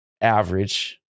Average